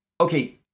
okay